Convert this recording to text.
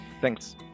Thanks